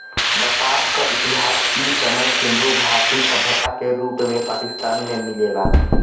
कपास क इतिहास इ समय सिंधु घाटी सभ्यता के रूप में पाकिस्तान में मिलेला